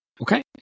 Okay